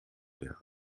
der